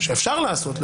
שאפשר לעשות,